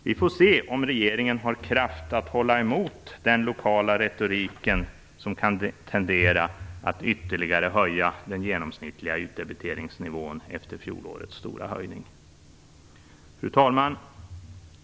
Vi får se om regeringen har kraft att hålla emot den lokala retoriken, som kan tendera att ytterligare höja den genomsnittliga utdebiteringsnivån efter fjolårets stora höjning. Fru talman!